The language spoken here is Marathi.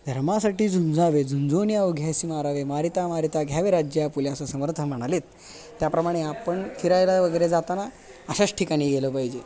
धर्मासाठी झुंजावे झुंझोनी अवघ्यासी मारावे मारिता मारिता घ्यावे राज्य आपुलें असं समर्थ म्हणाले आहेत त्याप्रमाणे आपण फिरायला वगैरे जाताना अशाच ठिकाणी गेले पाहिजे